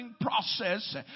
process